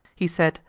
he said,